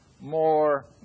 more